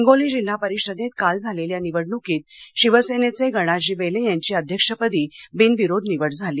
हिगोली जिल्हा परिषदेत काल झालेल्या निवडणुकीत शिवसेनेचे गणाजी बेले यांची अध्यक्षपदी बिनविरोध निवड झाली